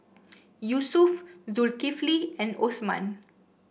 Yusuf Zulkifli and Osman